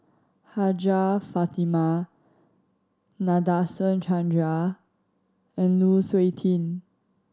Hajjah Fatimah Nadasen Chandra and Lu Suitin